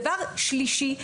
דבר שלישי,